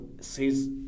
says